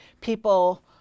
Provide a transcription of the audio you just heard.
people